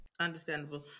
Understandable